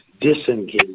disengage